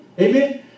Amen